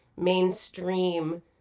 mainstream